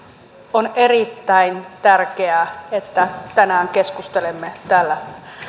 on erittäin tärkeää että tänään keskustelemme täällä